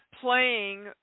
playing